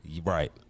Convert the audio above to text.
Right